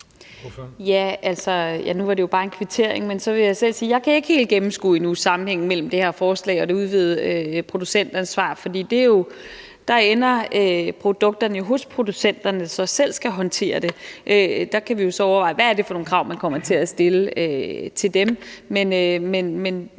Stampe (RV): Nu var det jo bare en kvittering, men så vil jeg selv sige, at jeg endnu ikke helt kan gennemskue sammenhængen mellem det her forslag og det udvidede producentansvar. For der ender produkterne jo hos producenterne, som så selv skal håndtere det. Der kan vi jo så overveje, hvad det er for nogle krav, man kommer til at stille til dem. Men